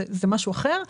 זה משהו אחר,